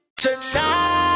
tonight